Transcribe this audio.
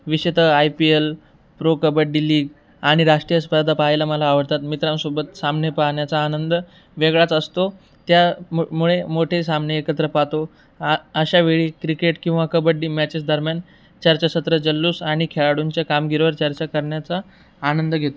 विषेत I P L pro kabaddi league आणि राष्ट्रीय स्पर्धा पाहायला मला आवडतात मित्रांसोबत सामने पाहण्याचा आनंद वेगळाच असतो त्या मुळे मोठे सामने एकत्र पाहातो आ अशा वेळी क्रिकेट किंवा कबड्डी मॅचेस दरम्यान चर्चा सत्रं जल्लोष आणि खेळाडूंच्या कामगिरीवर चर्चा करण्याचा आनंद घेतो